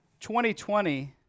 2020